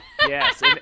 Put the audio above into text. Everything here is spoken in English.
yes